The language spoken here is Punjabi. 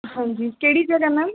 ਹਾਂਜੀ ਕਿਹੜੀ ਜਗ੍ਹਾ ਮੈਮ